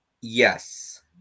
Yes